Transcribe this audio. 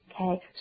okay